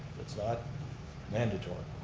it's not mandatory.